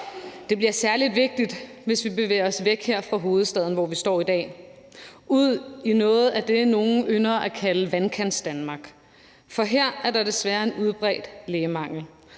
Det bliver særlig vigtigt, hvis vi bevæger os væk her fra hovedstaden, hvor vi står i dag, og ud i noget af det, nogle ynder at kalde Vandkantsdanmark, for her er der desværre en udbredt lægemangel.